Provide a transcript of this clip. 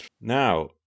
Now